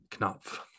Knopf